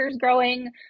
growing